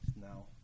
now